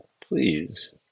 Please